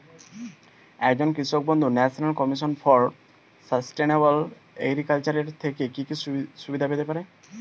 একজন কৃষক বন্ধু National Commission for Sustainable Agriculture এর থেকে কি কি সুবিধা পেতে পারে?